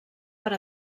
per